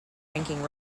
ranking